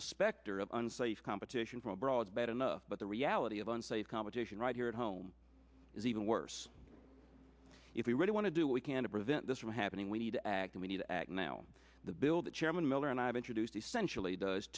the specter of unsafe competition from abroad bad enough but the reality of unsafe competition right here at home is even worse if we really want to do we can to prevent this from happening we need and we need to act now the bill that chairman miller and i have introduced essentially does